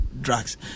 drugs